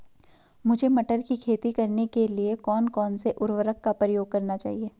मुझे मटर की खेती करने के लिए कौन कौन से उर्वरक का प्रयोग करने चाहिए?